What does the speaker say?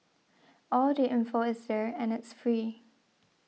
all the info is there and it's free